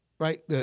Right